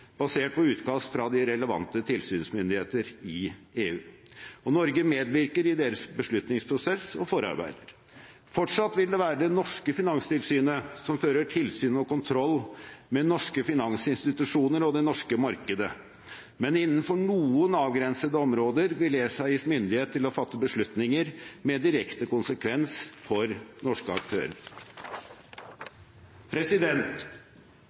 basert på utkast fra de relevante tilsynsmyndigheter i EU, og Norge medvirker i deres beslutningsprosess og forarbeider. Fortsatt vil det være det norske finanstilsynet som fører tilsyn og kontroll med norske finansinstitusjoner og det norske markedet, men innenfor noen avgrensede områder vil ESA bli gitt myndighet til å fatte beslutninger med direkte konsekvens for norske